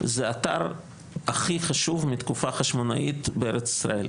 זה אתר הכי חשוב מתקופה חשמונאית בארץ ישראל.